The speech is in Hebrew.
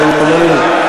אבל הוא לא הסכים,